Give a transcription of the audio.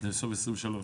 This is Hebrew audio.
זה בסוף 2023?